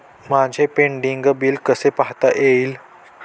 माझे pending bill कसे पाहता येईल?